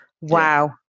Wow